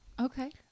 Okay